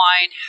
wine